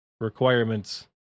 requirements